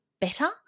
better